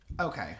Okay